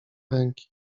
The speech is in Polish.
ręki